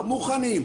מוכנים,